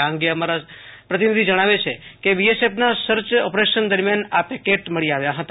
આ અંગે અમારા પ્રતિનિધિ જણાવે છે કે બીએસઅફ ના સર્ચ ઓપરેશન દરમિયાન આ પેકેટ મળી આવ્યા હતા